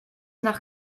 nach